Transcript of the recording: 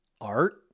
art